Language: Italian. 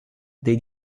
dei